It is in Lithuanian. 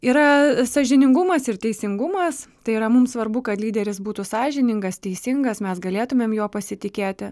yra sąžiningumas ir teisingumas tai yra mums svarbu kad lyderis būtų sąžiningas teisingas mes galėtumėm juo pasitikėti